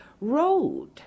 road